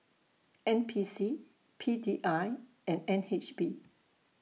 N P C P D I and N H B